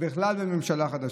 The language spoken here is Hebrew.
בכלל בממשלה חדשה,